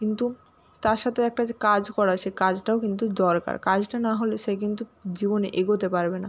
কিন্তু তার সাতে একটা যে কাজ করা সে কাজটাও কিন্তু দরকার কাজটা না হলে সে কিন্তু জীবনে এগোতে পারবে না